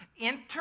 Enter